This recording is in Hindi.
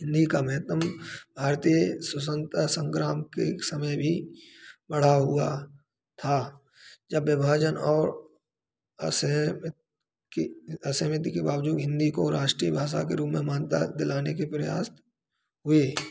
हिन्दी का महत्व भारतीय स्वतंत्रता संग्राम के समय भी बढ़ा हुआ था जब विभाजन और असहमति कि असहमति के बावजूद हिन्दी को राष्ट्रीय भाषा के रूप में मानता दिलाने के प्रयास हुए